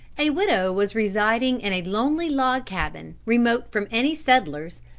a widow was residing in a lonely log cabin, remote from any settlers,